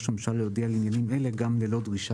הממשלה להודיע על עניינים אלה גם ללא דרישה,